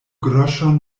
groŝon